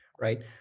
right